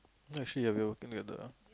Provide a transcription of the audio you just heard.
ya actually I will didn't get the